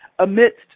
amidst